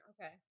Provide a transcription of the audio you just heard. Okay